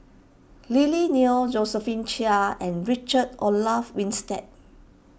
Lily Neo Josephine Chia and Richard Olaf Winstedt